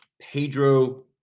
Pedro